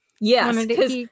Yes